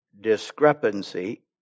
discrepancy